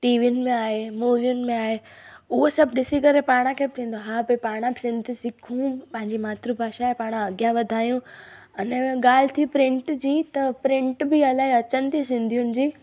टीवियुनि में आहे मूवियुनि में आहे उहो सभु ॾिसी करे पाण खे बि थींदो आहे हा भई पाण बि सिंधी सिखूं पंहिंजी मातृ भाषा खे पाणि अॻियां वधायूं अने ॻाल्हि थी प्रिंट जी त प्रिंट बि इलाही अचनि थी सिंधियुनि जी